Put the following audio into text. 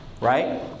right